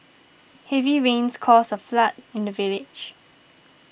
heavy rains caused a flood in the village